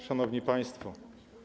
Szanowni Państwo!